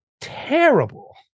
terrible